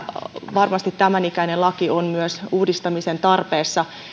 varmasti tämän ikäinen laki on myös uudistamisen tarpeessa